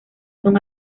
son